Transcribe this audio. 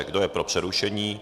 Kdo je pro přerušení?